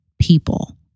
people